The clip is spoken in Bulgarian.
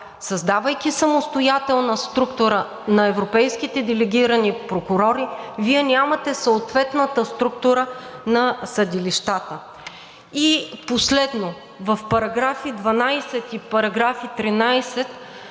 Създавайки самостоятелна структура на европейските делегирани прокурори, Вие нямате съответната структура на съдилищата. Последно, в § 12 и § 13